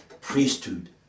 priesthood